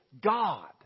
God